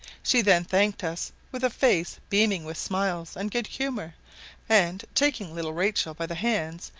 she then thanked us with a face beaming with smiles and good humour and, taking little rachel by the hands,